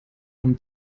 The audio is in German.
vom